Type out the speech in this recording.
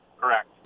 Correct